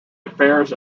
affairs